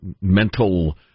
mental